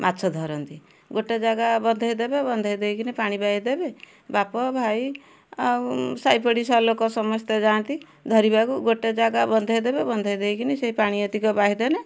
ମାଛ ଧରନ୍ତି ଗୋଟେ ଜାଗା ବନ୍ଧାଇ ଦେବେ ବନ୍ଧାଇ ଦେଇ କିନି ପାଣି ପାଇ ଦେବେ ବାପ ଭାଇ ଆଉ ସାହି ପଡ଼ିଶା ଲୋକ ସମସ୍ତେ ଯାଆନ୍ତି ଧରିବାକୁ ଗୋଟେ ଜାଗା ବନ୍ଧାଇ ଦେବେ ବନ୍ଧାଇ ଦେଇ କିନି ସେଇ ପାଣି ଯେତିକି ବାହି ଦେନେ